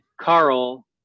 Carl